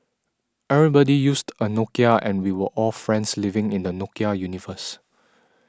everybody used a Nokia and we were all friends living in the Nokia universe